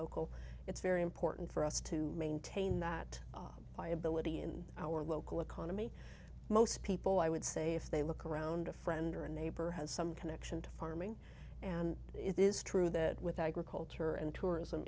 local it's very important for us to maintain that liability in our local economy most people i would say if they look around a friend or a neighbor has some connection to farming and it is true that with agriculture and tourism